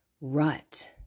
rut